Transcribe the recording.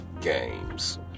games